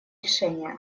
решения